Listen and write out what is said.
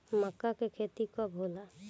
मक्का के खेती कब होला?